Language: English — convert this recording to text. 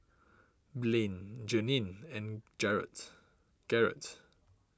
Blaine Janine and Garett Garett